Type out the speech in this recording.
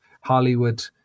Hollywood